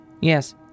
Yes